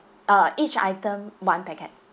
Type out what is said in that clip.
uh each item one packet